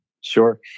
Sure